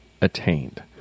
attained